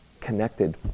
connected